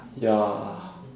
ya